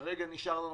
כרגע נשאר לנו